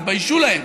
שיתביישו להם,